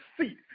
seat